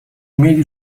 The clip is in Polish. mieli